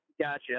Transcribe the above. Gotcha